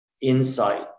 insight